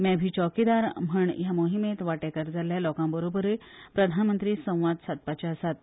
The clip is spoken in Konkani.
मै भी चौकीदारम्हण ह्या मोहिमेत वाटेकार जाल्ल्या लोकाबरोबरूय प्रधानमंत्री संवाद साधपाचे आसात